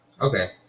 Okay